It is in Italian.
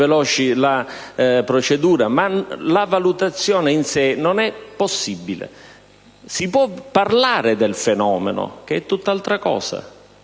veloce la procedura; ma la valutazione in sé non è possibile. Si può parlare del fenomeno, che è tutt'altra cosa: